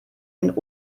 den